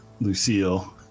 Lucille